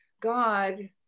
God